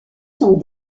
sont